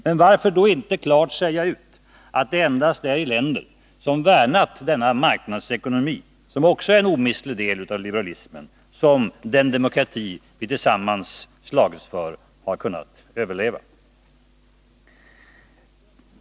Men varför då inte klart säga ut att det endast är i länder som värnat denna marknadsekonomi — som också är en omistlig del av liberalismen — som den demokrati vi tillsammans slagits för har kunnat överleva?